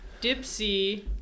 Dipsy